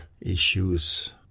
issues